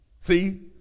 See